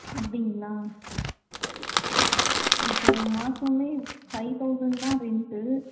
அப்படிங்களா இப்போது மாதமே ஃபை தொளசண்ட் தான் ரென்ட்டு